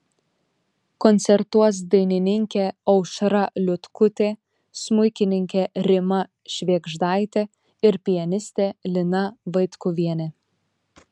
koncertuos dainininkė aušra liutkutė smuikininkė rima švėgždaitė ir pianistė lina vaitkuvienė